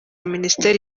minisiteri